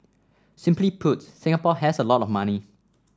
simply put Singapore has a lot of money